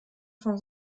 von